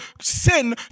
sin